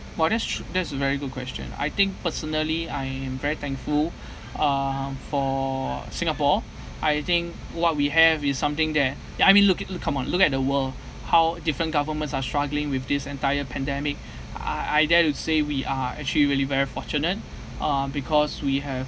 !whoa! that's that's avery good question I think personally I am very thankful um for singapore I think what we have is something that ya I mean look at look come on look at the world how different governments are struggling with this entire pandemic I I dare to say we are actually really very fortunate uh because we have